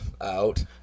out